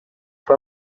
fue